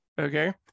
okay